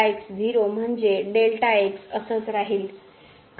तर म्हणजे असेच राहील कारण आपण x ला स्पर्श करत नाही